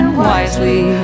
wisely